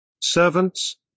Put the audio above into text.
servants